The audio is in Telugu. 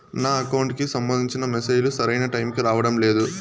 నా అకౌంట్ కు సంబంధించిన మెసేజ్ లు సరైన టైము కి రావడం లేదు